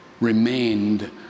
remained